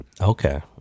okay